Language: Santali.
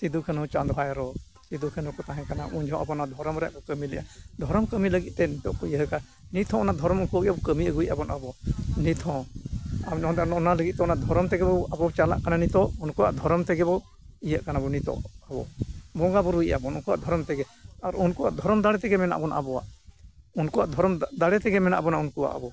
ᱥᱤᱫᱩ ᱠᱟᱹᱱᱩ ᱪᱟᱸᱫ ᱵᱷᱟᱭᱨᱚ ᱥᱤᱫᱩ ᱠᱟᱹᱱᱩ ᱠᱚ ᱛᱟᱦᱮᱸ ᱠᱟᱱᱟ ᱩᱱ ᱡᱚᱠᱷᱮᱡ ᱟᱵᱚ ᱱᱚᱣᱟ ᱫᱷᱚᱨᱚᱢ ᱨᱮᱭᱟᱜ ᱠᱚ ᱠᱟᱹᱢᱤ ᱞᱮᱫᱟ ᱫᱷᱚᱨᱚᱢ ᱠᱟᱹᱢᱤ ᱞᱟᱹᱜᱤᱫᱼᱛᱮ ᱱᱤᱛᱳᱜ ᱠᱚ ᱩᱭᱦᱟᱹᱨ ᱟᱠᱟᱫᱟ ᱱᱤᱛᱦᱚᱸ ᱚᱱᱟ ᱫᱷᱚᱨᱚᱢ ᱩᱱᱠᱩᱜᱮ ᱠᱟᱹᱢᱤ ᱟᱹᱜᱩᱭᱮᱫᱟᱵᱚᱱ ᱟᱵᱚ ᱱᱤᱛᱦᱚᱸ ᱟᱵᱚ ᱚᱱᱟ ᱞᱟᱹᱜᱤᱫ ᱛᱮ ᱚᱱᱟ ᱫᱷᱚᱨᱚᱢ ᱛᱮᱜᱮᱵᱚᱱ ᱟᱵᱚ ᱪᱟᱞᱟᱜ ᱠᱟᱱᱟ ᱱᱤᱛᱳᱜ ᱩᱱᱠᱩᱣᱟᱜ ᱫᱷᱚᱨᱚᱢ ᱛᱮᱜᱮᱵᱚᱱ ᱤᱭᱟᱹᱜ ᱠᱟᱱᱟᱵᱚᱱ ᱱᱤᱛᱳᱜ ᱟᱵᱚ ᱵᱚᱸᱜᱟ ᱵᱩᱨᱩᱭᱮᱫᱟᱵᱚ ᱟᱵᱚ ᱩᱱᱠᱩᱣᱟᱜ ᱫᱷᱚᱨᱚᱢ ᱛᱮᱜᱮ ᱟᱨ ᱩᱱᱠᱩᱣᱟᱜ ᱫᱷᱚᱨᱚᱢ ᱫᱟᱲᱮ ᱛᱮᱜᱮ ᱢᱮᱱᱟᱜ ᱵᱚᱱᱟ ᱟᱵᱚᱣᱟᱜ ᱩᱱᱠᱩᱣᱟᱜ ᱫᱷᱚᱨᱚᱢ ᱫᱟᱲᱮ ᱛᱮᱜᱮ ᱢᱮᱱᱟᱜ ᱵᱚᱱᱟ ᱩᱱᱠᱩᱣᱟᱜ ᱟᱵᱚ